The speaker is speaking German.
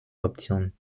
option